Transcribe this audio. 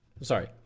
Sorry